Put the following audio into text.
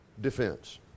defense